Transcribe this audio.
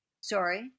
Sorry